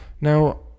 now